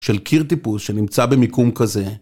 ‫של קיר טיפוס שנמצא במיקום כזה.